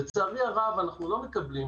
לצערי הרב, אנחנו לא מקבלים